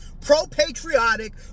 pro-patriotic